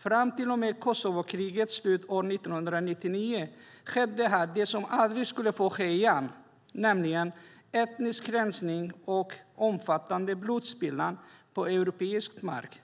Fram till och med Kosovokrigets slut år 1999 skedde här det som aldrig skulle få ske igen, nämligen etnisk rensning och omfattande blodspillan på europeisk mark.